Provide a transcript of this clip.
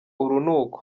urunuka